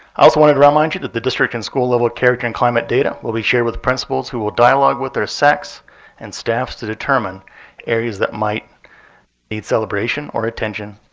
i also want to to remind you that the district and school level character and climate data will be shared with principals who will dialogue with their sects and staffs to determine areas that might need celebration or attention.